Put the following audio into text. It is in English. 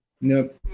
Nope